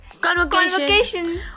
Convocation